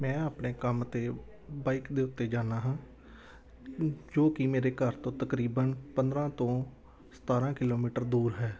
ਮੈਂ ਆਪਣੇ ਕੰਮ 'ਤੇ ਬਾਈਕ ਦੇ ਉੱਤੇ ਜਾਂਦਾ ਹਾਂ ਜੋ ਕਿ ਮੇਰੇ ਘਰ ਤੋਂ ਤਕਰੀਬਨ ਪੰਦਰਾਂ ਤੋਂ ਸਤਾਰਾਂ ਕਿਲੋਮੀਟਰ ਦੂਰ ਹੈ